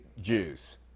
Jews